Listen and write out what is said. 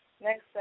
Next